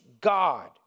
God